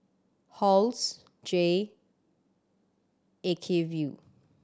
Halls Jay Acuvue